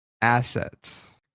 assets